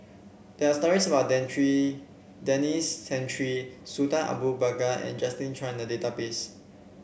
there are stories about Denis Santry Sultan Abu Bakar and Justin Zhuang in the database